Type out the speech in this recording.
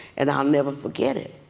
and i'll never forget it.